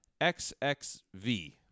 xxv